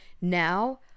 now